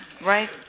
right